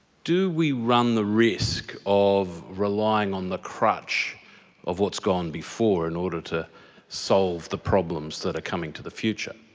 do we run the risk of relying on the crutch of what's gone before in order to solve the problems that are coming to the future.